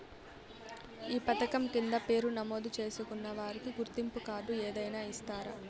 ఈ పథకం కింద పేరు నమోదు చేసుకున్న వారికి గుర్తింపు కార్డు ఏదైనా ఇస్తారా?